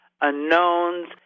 unknowns